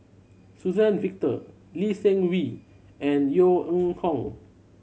Suzann Victor Lee Seng Wee and Yeo Ning Hong